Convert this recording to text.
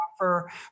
offer